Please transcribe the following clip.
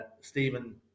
Stephen